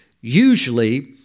usually